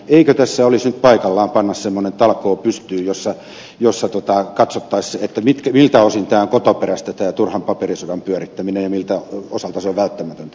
eikö tässä olisi nyt paikallaan panna semmoinen talkoo pystyyn jossa katsottaisiin miltä osin tämä turhan paperisodan pyörittäminen on kotoperäistä ja miltä osin se on välttämätöntä